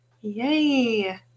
Yay